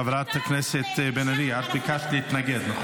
חברת הכנסת בן ארי, את ביקשת להתנגד, נכון?